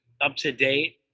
up-to-date